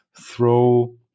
throw